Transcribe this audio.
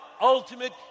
ultimate